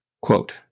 Quote